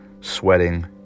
Sweating